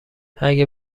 اگه